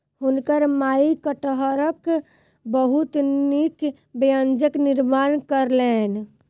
हुनकर माई कटहरक बहुत नीक व्यंजन निर्माण कयलैन